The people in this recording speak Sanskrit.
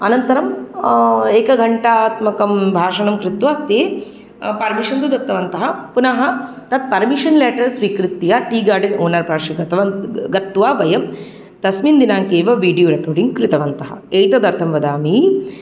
अनन्तरं एकघण्टात्मकं भाषणं कृत्वा ते पर्मिशन् तु दत्तवन्तः पुनः तत् पर्मिशन् लेटर् स्वीकृत्य टि गार्डेन् ओनर् पार्श्वे गतवन्त गत्वा वयं तस्मन्दिनाङ्के एव विडियो रेकार्डिङ्ग् कृतवन्तः एतदर्थं वदामि